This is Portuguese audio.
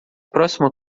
próxima